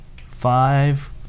five